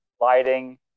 lighting